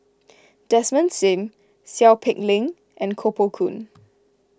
Desmond Sim Seow Peck Leng and Koh Poh Koon